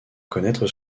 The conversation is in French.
connaître